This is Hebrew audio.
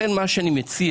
אנחנו,